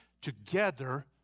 together